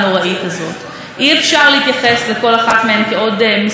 עוד איזו נקודה בסטטיסטיקה שקשה לנו לחשוב עליה,